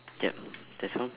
yup that's all